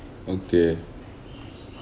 okay